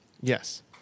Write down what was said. Yes